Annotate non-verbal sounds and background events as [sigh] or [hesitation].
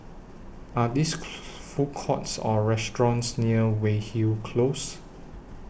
Are This [hesitation] Food Courts Or restaurants near Weyhill Close